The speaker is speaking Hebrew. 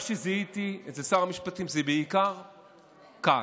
מה שזיהיתי אצל שר המשפטים זה בעיקר כעס.